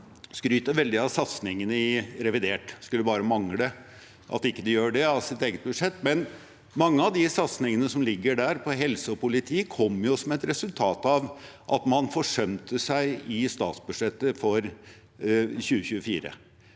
skryter veldig av satsingen i revidert. Det skulle bare mangle at de ikke gjør det med tanke på eget budsjett. Mange av de satsingene som ligger der på helse og politi, kom som et resultat av at man forsømte seg i statsbud